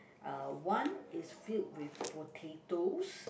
uh one is filled with potatoes